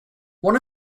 one